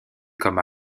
comme